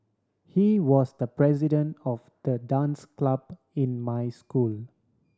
he was the president of the dance club in my school